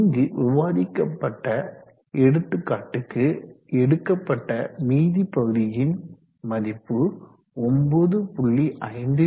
இங்கு விவாதிக்கப்பட்ட எடுத்துக்காட்டுக்கு எடுக்கப்பட்ட மீதி பகுதியின் மதிப்பு 9